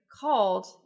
called